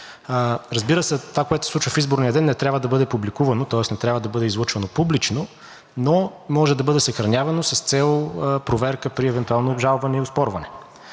Разбира се, това, което се случва в изборния ден, не трябва да бъде публикувано, тоест не трябва да бъде излъчвано публично, но може да бъде съхранявано с цел проверка при евентуално обжалване и оспорване.